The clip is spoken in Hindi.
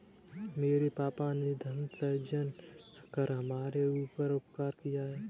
मेरे पापा ने धन सृजन कर हमारे ऊपर उपकार किया है